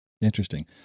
Interesting